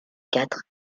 quatre